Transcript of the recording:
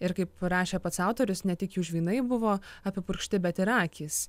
ir kaip rašė pats autorius ne tik jų žvynai buvo apipurkšti bet ir akys